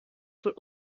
wohl